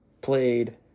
played